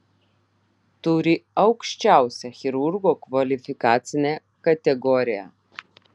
turi aukščiausią chirurgo kvalifikacinę kategoriją